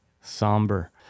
Somber